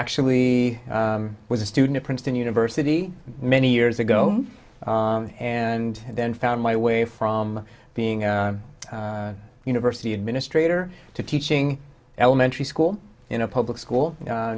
actually was a student at princeton university many years ago and then found my way from being a university administrator to teaching elementary school in a public school